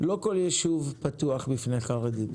לא כל ישוב פתוח בפני חרדים.